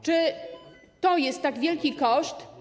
Czy to jest tak wielki koszt?